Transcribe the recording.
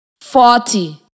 forty